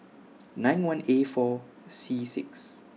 nine one A four C six